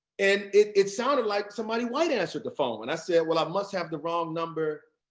and it it sounded like somebody white answered the phone, and i said, well, i must have the wrong number.